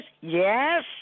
Yes